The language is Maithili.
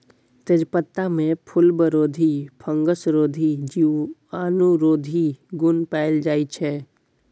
तेजपत्तामे फुलबरोधी, फंगसरोधी, जीवाणुरोधी गुण पाएल जाइ छै